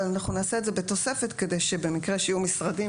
אבל אנחנו נעשה את זה בתוספת כדי שבמקרה שיהיו משרדים